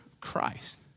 Christ